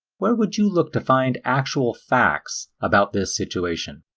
where would you look to find actual facts about this situation?